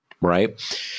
right